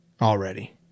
already